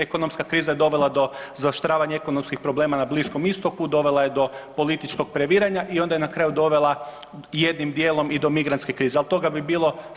Ekonomska kriza dovela je do zaoštravanja ekonomskih problema na Bliskom Istoku, dovela je do političkog previranja i onda je na kraju dovela jednim dijelom i do migrantske krize, ali toga bi bilo sa ili bez EU.